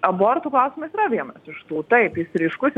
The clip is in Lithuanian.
abortų klausimas yra vienas iš tų taip jis ryškus